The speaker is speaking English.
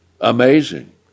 Amazing